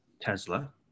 Tesla